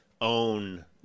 own